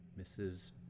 Mrs